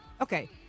Okay